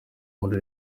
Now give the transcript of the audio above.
muri